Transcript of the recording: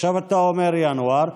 עכשיו אתה אומר ינואר,